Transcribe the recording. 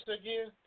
again